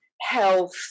health